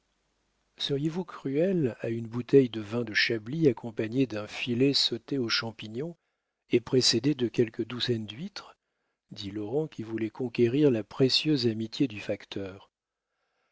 seriez-vous cruel à une bouteille de vin de chablis accompagnée d'un filet sauté aux champignons et précédée de quelques douzaines d'huîtres dit laurent qui voulait conquérir la précieuse amitié du facteur